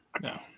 No